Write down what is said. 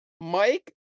Mike